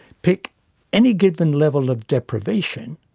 pick any given level of deprivation,